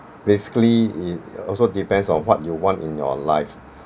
basically it also depends on what you want in your life